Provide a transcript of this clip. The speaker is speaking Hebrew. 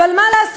אבל מה לעשות,